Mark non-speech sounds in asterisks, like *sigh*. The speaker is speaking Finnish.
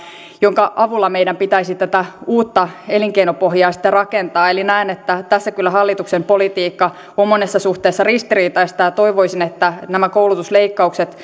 jonka avulla meidän pitäisi tätä uutta elinkeinopohjaa sitten rakentaa eli näen että tässä kyllä hallituksen politiikka on monessa suhteessa ristiriitaista ja toivoisin että nämä koulutusleikkaukset *unintelligible*